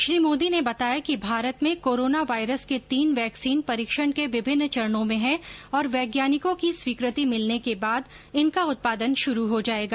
श्री मोदी ने बताया कि भारत में कोरोना वायरस के तीन वैक्सीन परीक्षण के विभिन्न चरणों में हैं और वैज्ञानिकों की स्वीकृति मिलने के बाद इनका उत्पादन शुरू हो जाएगा